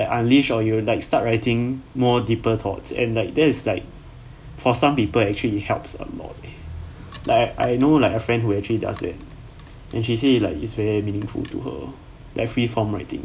like unleash or you like start writing more deeper thoughts and like that is like for some people actually helps a lot like I I know like a friend who actually does that and she say it like is very meaningful to her like free form writing